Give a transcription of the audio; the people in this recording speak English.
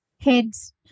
heads